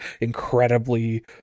incredibly